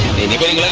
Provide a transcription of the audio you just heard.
the anybody